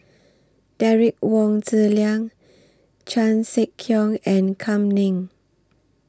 Derek Wong Zi Liang Chan Sek Keong and Kam Ning